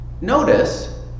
notice